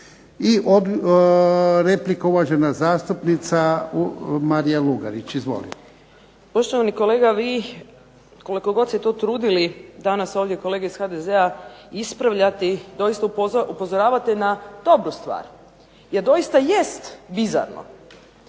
I replika, uvažena zastupnica Marija Lugarić. Izvolite. **Lugarić, Marija (SDP)** Poštovani kolega, vi koliko god se trudili danas ovdje kolege iz HDZ-a ispravljati doista upozoravate na dobru stvar, jer doista jest bizarno